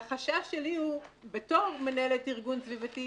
והחשש שלי הוא, בתור מנהלת ארגון סביבתי,